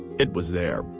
it was there,